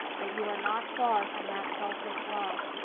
that you are not far from that selfless love,